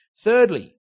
Thirdly